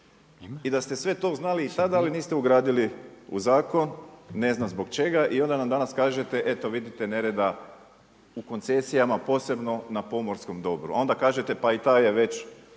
I da ste to znali i saznali, niste ugradili u zakon, ne znam zbog čega, i onda nam danas kažete, eto vidite nereda u koncesijama, posebno na pomorskom dobru. Onda kažete pa i ta je već